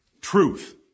truth